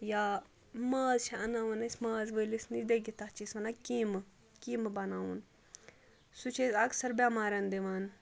یا ماز چھِ اَنہٕ ناوان أسۍ ماز وٲلِس نِش دٔگِتھ تَتھ چھِ أسۍ وَنان کیٖمہٕ کیٖمہٕ بَناوُن سُہ چھِ أسۍ اَکثَر بیمارن دِوان